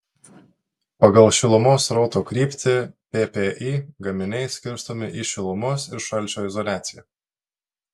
pagal šilumos srauto kryptį ppi gaminiai skirstomi į šilumos ir šalčio izoliaciją